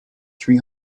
three